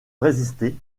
résister